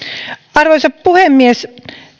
arvoisa puhemies